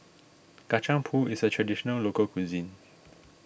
Kacang Pool is a Traditional Local Cuisine